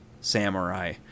samurai